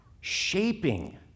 shaping